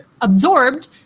absorbed